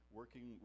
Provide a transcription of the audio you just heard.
working